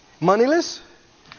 moneyless